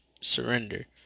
surrender